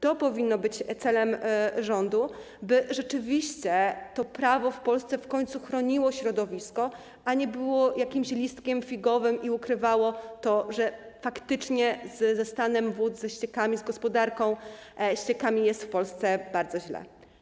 To powinno być celem rządu, by rzeczywiście to prawo w Polsce w końcu chroniło środowisko, a nie było jakimś listkiem figowym i ukrywało to, że faktycznie ze stanem wód, ze ściekami, z gospodarką ściekami jest w Polsce bardzo źle.